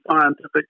scientific